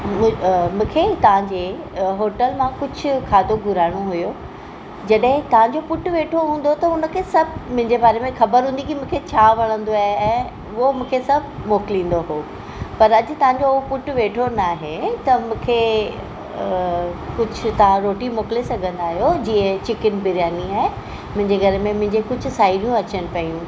अ मूंखे तव्हांजे अ होटल मां कुझु खाधो घुराइणो हुयो जॾहिं तव्हांजो पुटु वेठो हूंदो त हुनखे सभु मुंहिंजे बारे में ख़बर हूंदी की मूंखे छा वणंदो आहे ऐं उहो मूंखे सभु मोकिलिंदो हुयो पर अॼु तव्हांजो पुटु वेठो न आहे त मूंखे कुझु तव्हां रोटी मोकिले सघंदा आहियो जीअं चिकन बिरयानी आहे मुंहिंजे घर में मुंहिंजे कुझु साहेड़ियूं अचनि पियूं